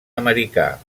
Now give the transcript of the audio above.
americà